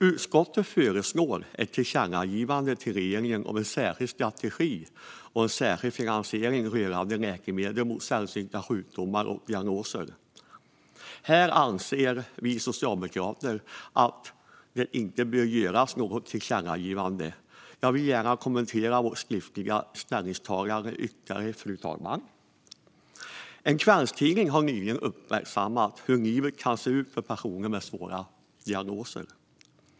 Utskottet föreslår ett tillkännagivande till regeringen om en särskild strategi och en särskild finansiering rörande läkemedel mot sällsynta sjukdomar och diagnoser. Vi socialdemokrater anser att det inte bör göras något tillkännagivande, och jag vill gärna kommentera vårt skriftliga ställningstagande ytterligare, fru talman. En kvällstidning har nyligen uppmärksammat hur livet kan se ut för personer med svåra diagnoser.